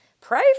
Pray